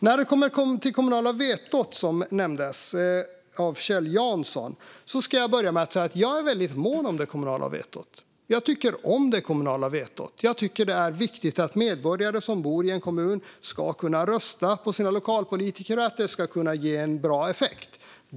När det gäller det kommunala vetot, som nämndes av Kjell Jansson, ska jag börja med att säga att jag är väldigt mån om det. Jag tycker om det kommunala vetot. Jag tycker att det är viktigt att medborgare som bor i en kommun kan rösta på sina lokalpolitiker och att det ger bra effekt.